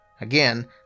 Again